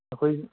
ꯑꯩꯈꯣꯏ